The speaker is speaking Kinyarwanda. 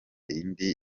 indi